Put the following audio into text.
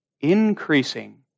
Increasing